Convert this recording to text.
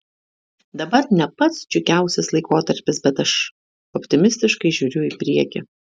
dabar ne pats džiugiausias laikotarpis bet aš optimistiškai žiūriu į priekį